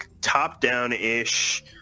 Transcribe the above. top-down-ish